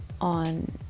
on